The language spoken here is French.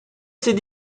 ses